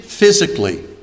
Physically